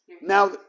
now